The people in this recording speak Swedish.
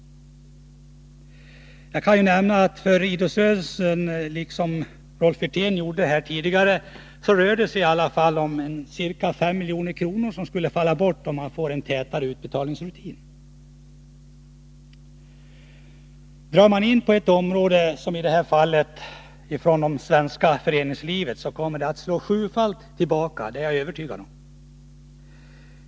Jag kan nämna — som Rolf Wirtén gjorde tidigare — att för idrottsrörelsen rör det sig i alla fall om ca S milj.kr. som faller bort, om man får en tätare utbetalningsrutin. Drar man in på ett område —i det här fallet från det svenska föreningslivet —- kommer det att slå sjufaldigt tillbaka, det är jag övertygad om.